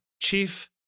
Chief